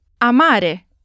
amare